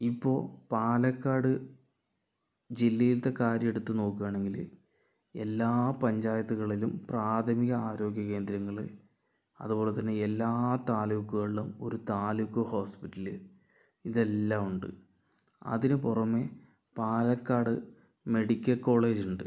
ഇപ്പോൾ പാലക്കാട് ജില്ലയിലത്തെ കാര്യം എടുത്ത് നോക്കുകയാണെങ്കിൽ എല്ലാ പഞ്ചായത്തുകളിലും പ്രാഥമിക ആരോഗ്യ കേന്ദ്രങ്ങൾ അതുപോലെത്തന്നെ എല്ലാ താലൂക്കുകളിലും ഒരു താലൂക്ക് ഹോസ്പിറ്റൽ ഇതെല്ലാം ഉണ്ട് അതിനു പുറമെ പാലക്കാട് മെഡിക്കൽ കോളേജ് ഉണ്ട്